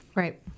Right